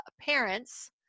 parents